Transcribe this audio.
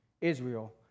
Israel